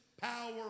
power